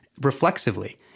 reflexively